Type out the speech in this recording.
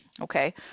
Okay